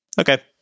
Okay